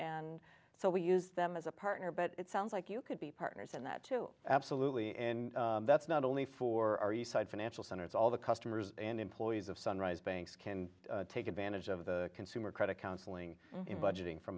and so we use them as a partner but it sounds like you could be partners in that too absolutely and that's not only for our you side financial center it's all the customers and employees of sunrise banks can take advantage of the consumer credit counseling in budgeting for